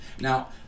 Now